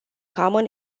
common